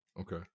Okay